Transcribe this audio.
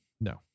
no